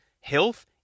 health